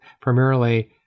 primarily